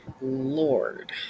Lord